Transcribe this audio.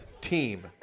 team